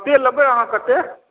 कतेक लेबै अहाँ कतेक